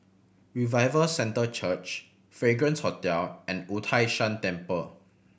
Revival Centre Church Fragrance Hotel and Wu Tai Shan Temple